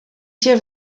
się